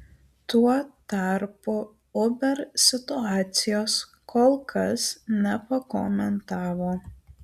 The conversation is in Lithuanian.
tuo tarpu uber situacijos kol kas nepakomentavo